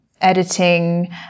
editing